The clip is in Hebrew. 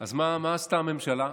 אז מה עשתה הממשלה?